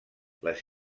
les